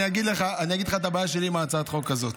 אני אגיד לך מה הבעיה שלי עם הצעת החוק הזאת.